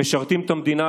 הם משרתים את המדינה,